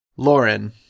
Lauren